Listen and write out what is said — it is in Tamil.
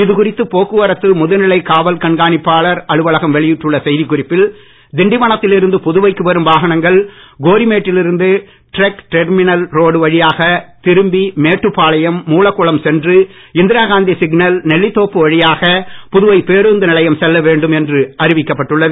இதுகுறித்து போக்குவரத்து முதுநிலை காவல் கண்காணிப்பாளர் அலுவலகம் வெளியிட்டுள்ள செய்திக்குறிப்பில் திண்டிவனத்தில் இருந்து புதுவைக்கு வரும் வாகனங்கள் கோரிமேட்டில் இருந்து ட்ரக் டெர்மினல் ரோடு வழியாக திரும்பி மேட்டுப்பாளையம் மூலகுளம் சென்று இந்திராகாந்தி சிக்னல் நெல்லித்தோப்பு வழியாக புதுவை பேருந்து நிலையம் செல்ல வேண்டும் என்று அறிவிக்கப்பட்டுள்ளது